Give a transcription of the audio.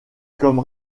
comme